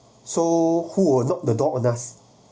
so who will knock the door on us